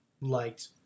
liked